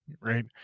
right